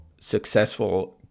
successful